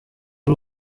ari